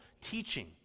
teaching